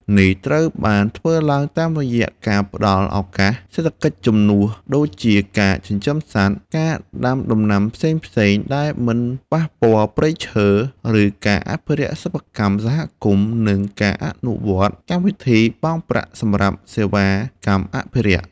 នេះត្រូវបានធ្វើឡើងតាមរយៈការផ្តល់ ឱកាសសេដ្ឋកិច្ចជំនួស (ដូចជាការចិញ្ចឹមសត្វ ការដាំដំណាំផ្សេងៗដែលមិនប៉ះពាល់ព្រៃឈើ ឬការអភិវឌ្ឍសិប្បកម្មសហគមន៍) និងការអនុវត្តកម្មវិធី បង់ប្រាក់សម្រាប់សេវាកម្មអភិរក្ស ។